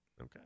Okay